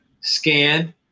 Scan